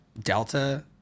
Delta